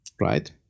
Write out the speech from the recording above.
right